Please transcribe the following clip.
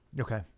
Okay